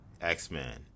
X-Men